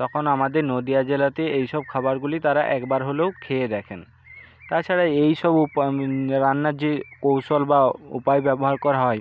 তখন আমাদের নদীয়া জেলাতে এই সব খাবারগুলি তারা একবার হলেও খেয়ে দেখেন তাছাড়া এই সব রান্নার যে কৌশল বা উপায় ব্যবহার করা হয়